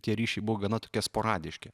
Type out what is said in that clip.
tie ryšiai buvo gana tokie sporadiški